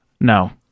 No